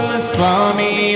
Swami